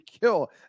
Kill